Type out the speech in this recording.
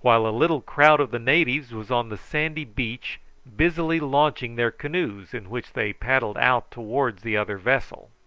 while a little crowd of the natives was on the sandy beach busily launching their canoes, in which they paddled out towards the other vessel.